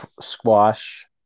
squash